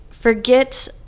Forget